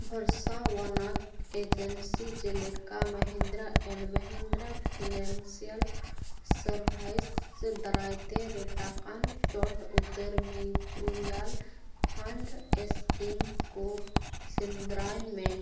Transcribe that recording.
ᱵᱷᱳᱨᱥᱟ ᱟᱱᱟᱜ ᱮᱡᱮᱱᱥᱤ ᱡᱮᱞᱮᱠᱟ Mahindra and Mahindra financial services ᱫᱟᱨᱟᱭ ᱛᱮ ᱨᱤᱴᱟᱠᱟᱱ ᱪᱚᱴ ᱩᱛᱟᱹᱨ ᱢᱤᱪᱩᱣᱟᱞ ᱯᱷᱟᱱᱰ ᱥᱠᱤᱢ ᱠᱚ ᱥᱮᱸᱫᱽᱨᱟᱭ ᱢᱮ